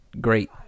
great